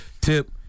tip